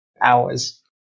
hours